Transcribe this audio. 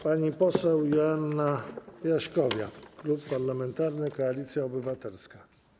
Pani poseł Joanna Jaśkowiak, Klub Parlamentarny Koalicja Obywatelska.